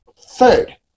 Third